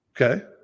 Okay